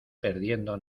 perdiendo